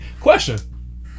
Question